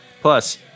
Plus